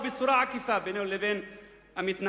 או בצורה עקיפה בינינו לבין המתנחלים.